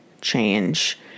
change